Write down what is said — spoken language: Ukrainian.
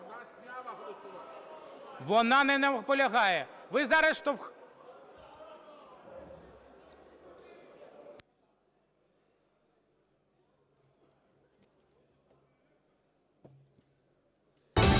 Вона не наполягає. Ви зараз...